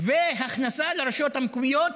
והכנסה לרשויות המקומיות,